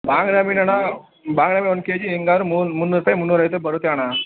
ಬಂಗ್ಡೆ ಮೀನಣ್ಣ ಬಂಗ್ಡೆ ಮೀನು ಒಂದು ಕೆ ಜಿ ಹೇಗಾರು ಮುನ್ ಮುನ್ನೂರು ರೂಪಾಯ್ಗೆ ಮುನ್ನೂರು ಐವತ್ತಕ್ಕೆ ಬರುತ್ತೆ ಅಣ್ಣ